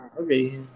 okay